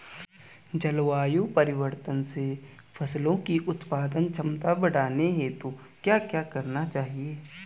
जलवायु परिवर्तन से फसलों की उत्पादन क्षमता बढ़ाने हेतु क्या क्या करना चाहिए?